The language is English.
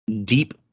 Deep